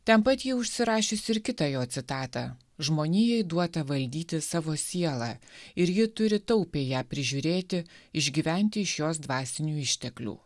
ten pat ji užsirašiusi ir kitą jo citatą žmonijai duota valdyti savo sielą ir ji turi taupiai ją prižiūrėti išgyventi iš jos dvasinių išteklių